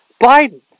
Biden